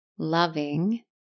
Loving